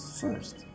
First